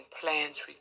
plans